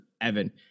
Evan